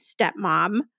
stepmom